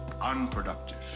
unproductive